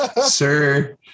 sir